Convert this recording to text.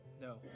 No